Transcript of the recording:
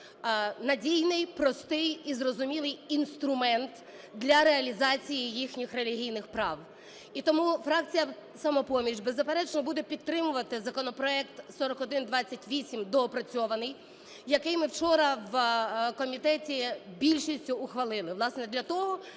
надійний, простий і зрозумілий інструмент для реалізації їхніх релігійних прав. І тому фракція "Самопоміч", беззаперечно, буде підтримувати законопроект 3128, доопрацьований, який ми вчора в комітеті більшістю ухвалили, власне, для того,